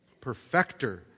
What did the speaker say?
Perfector